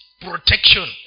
protection